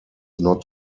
not